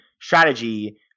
strategy